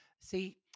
See